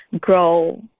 grow